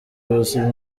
ubuzima